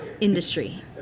industry